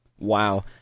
Wow